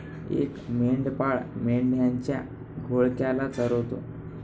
एक मेंढपाळ मेंढ्यांच्या घोळक्याला चरवतो